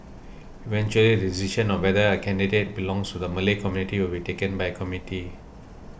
eventually the decision on whether a candidate belongs to the Malay community will be taken by a committee